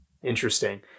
Interesting